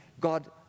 God